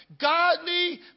Godly